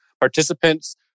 participants